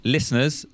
Listeners